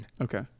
Okay